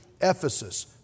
Ephesus